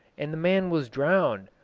and the man was drowned,